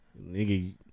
Nigga